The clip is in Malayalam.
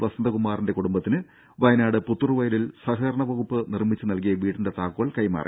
വസന്തകുമാറിന്റെ കുടുംബത്തിന് വയനാട് പുത്തൂർവയലിൽ സഹകരണ വകുപ്പ് നിർമ്മിച്ച് നൽകിയ വീടിന്റെ താക്കോൽ കൈമാറി